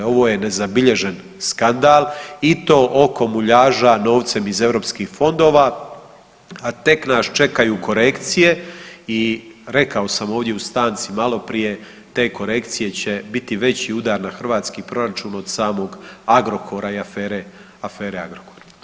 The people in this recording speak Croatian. Ovo je nezabilježen skandal i to oko muljaža novcem iz EU fondova, a tek nas čekaju korekcije i rekao sam ovdje u stanci maloprije, te korekcije će biti veći udar na hrvatski proračun od samog Agrokora i afere Agrokor.